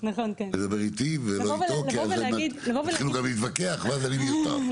לדבר איתי ולא איתו כי אז יתחילו גם להתווכח ואז אני מיותר.